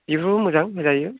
बिफोरबो मोजां होजायो